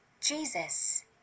Jesus